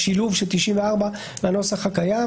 השילוב של 94 בנוסח הקיים.